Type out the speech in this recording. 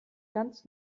ganz